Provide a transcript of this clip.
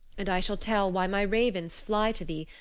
and i shall tell why my ravens fly to thee,